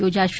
યોજાશે